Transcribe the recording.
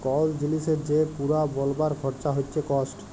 call জিলিসের যে পুরা বলবার খরচা হচ্যে কস্ট